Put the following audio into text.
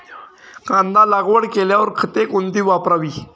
कांदा लागवड केल्यावर खते कोणती वापरावी?